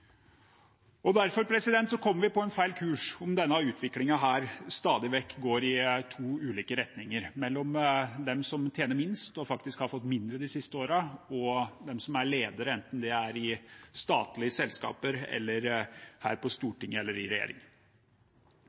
Derfor kommer vi på en feil kurs om denne utviklingen stadig vekk går i to ulike retninger, mellom de som tjener minst, og faktisk har fått mindre de siste årene, og de som er ledere, enten det er i statlige selskaper eller her på Stortinget eller i regjering.